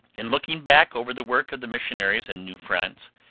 in looking back over the work of the missionaries in new france,